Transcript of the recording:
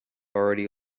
already